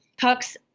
talks